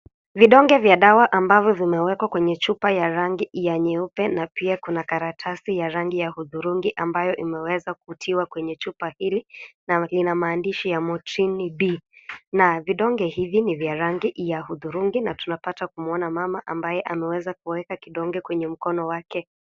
Vidonge vya dawa ambavyo vimewekwa kwenye chupa ya rangi ya nyeupe na pia kuna karatasi ya rangi ya hudhurungi ambayo imeweza kutiwa kwenye chupa hili na ina maandishi ya motrini B na vidonge hivi ni vya rangi ya hudhurungi na tunapata kuona mama ambaye ameweka kidonge kwenye mkono wake.